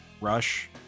Rush